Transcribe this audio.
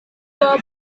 dua